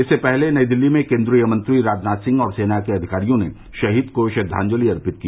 इससे पहले नई दिल्ली में केन्द्रीय मंत्री राजनाथ सिंह और सेना के अधिकारियों ने शहीद को श्रद्वांजलि अर्पित की